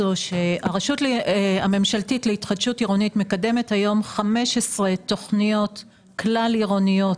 הרשות הממשלתית להתחדשות העירונית מקדמת היום 15 תוכניות כלל עירוניות